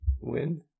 win